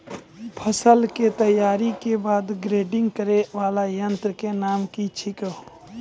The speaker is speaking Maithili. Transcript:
फसल के तैयारी के बाद ग्रेडिंग करै वाला यंत्र के नाम की छेकै?